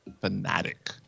fanatic